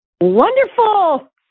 Wonderful